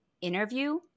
interview